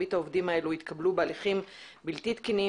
מרבית העובדים האלה התקבלו בהליכים בלתי תקינים